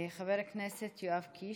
חבר הכנסת יואב קיש,